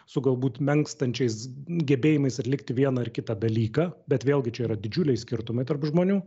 su galbūt menkstančiais gebėjimais atlikti vieną ar kitą dalyką bet vėlgi čia yra didžiuliai skirtumai tarp žmonių